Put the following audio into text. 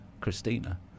Christina